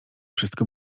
wszystko